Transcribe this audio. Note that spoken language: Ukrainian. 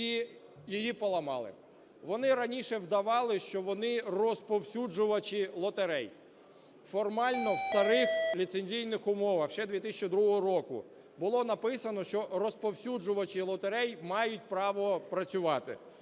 і її поламали. Вони раніше вдавали, що вони розповсюджувачі лотерей. Формально в старих ліцензійних умовах ще 2002 року було написано, що розповсюджувачі лотерей мають право працювати.